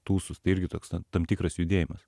tūsus tai irgi toks na tam tikras judėjimas